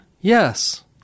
Yes